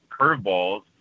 curveballs